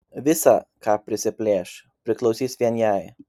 visa ką prisiplėš priklausys vien jai